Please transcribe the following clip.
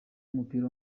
w’umupira